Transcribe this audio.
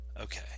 Okay